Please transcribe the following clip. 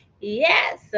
Yes